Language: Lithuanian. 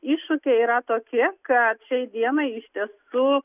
iššūkiai yra tokie kad šiai dienai iš tiesų